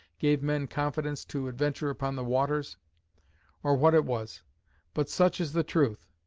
gave men confidence to adventure upon the waters or what it was but such is the truth.